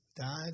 died